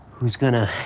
who's going ah